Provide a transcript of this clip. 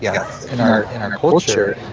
yes. in our culture.